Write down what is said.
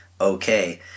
okay